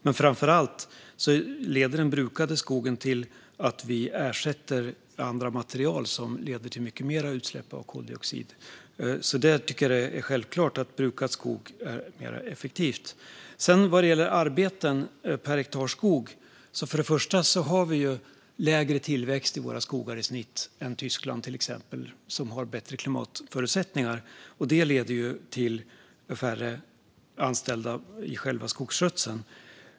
Men framför allt leder brukandet av skogen till att vi ersätter andra material som leder till mycket större utsläpp av koldioxid, så där tycker jag att brukande av skog är mer effektivt. Vad gäller antal arbetstillfällen per hektar skog har vi för det första lägre tillväxt i snitt i våra skogar än till exempel Tyskland, som har bättre klimatförutsättningar, och det leder ju till färre anställda i själva skogsskötseln.